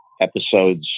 episodes